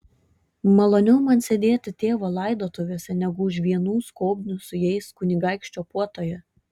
maloniau man sėdėti tėvo laidotuvėse negu už vienų skobnių su jais kunigaikščio puotoje